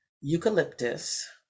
eucalyptus